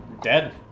Dead